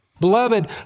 Beloved